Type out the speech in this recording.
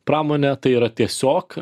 pramone tai yra tiesiog